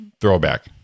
throwback